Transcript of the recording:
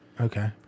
Okay